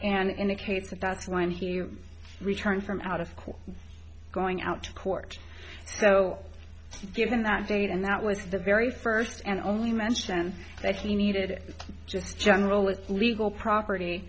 and indicate that that's when he returned from out of court going out to court so given that date and that was the very first and only mention that he needed just general legal property